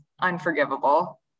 unforgivable